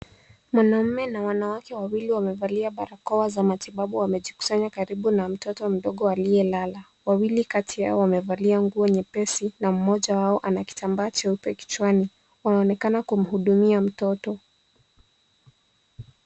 Mwanaume na wanawake wawili wamevalia barakoa za matibabu wamejikusanya karibu na mtoto mdogo aliyelala. Wawili kati yao wamevalia nguo nyepesi na mmoja wao ana kitambaa cheupe kichwani wanaonekana kumhudumia mtoto.